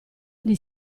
gli